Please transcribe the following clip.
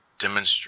demonstrate